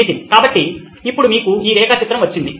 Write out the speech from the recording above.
నితిన్ కాబట్టి ఇప్పుడు మీకు ఈ రేఖా చిత్రం వచ్చింది